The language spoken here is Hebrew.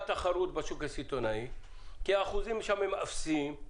תחרות בשוק הסיטונאי כי האחוזים שם הם אפסיים.